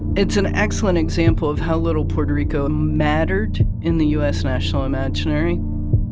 it's an excellent example of how little puerto rico mattered in the u s. national imaginary.